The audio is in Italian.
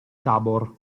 tabor